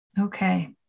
Okay